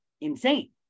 insane